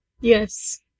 Yes